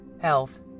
health